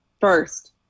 First